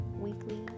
weekly